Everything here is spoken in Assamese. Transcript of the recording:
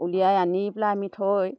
উলিয়াই আনি পেলাই আমি থৈ